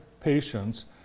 patients